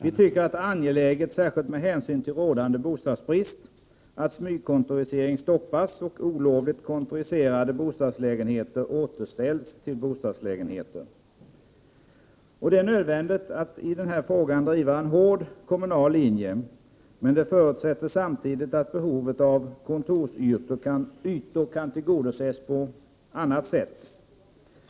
Vi tycker att det är angeläget, särskilt med hänsyn till rådande bostadsbrist, att smygkontorisering stoppas och olovligt kontoriserade bostadslägenheter återställs till bostadslägenheter. Det är nödvändigt att i den här frågan driva en hård kommunal linje. Men det förutsätter samtidigt att behovet av kontorsytor kan tillgodoses på annat sätt.